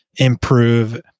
improve